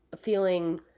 feeling